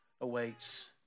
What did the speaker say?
awaits